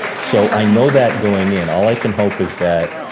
so, i know that going in, all i can hope is that,